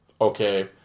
Okay